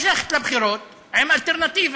יש ללכת לבחירות עם אלטרנטיבה.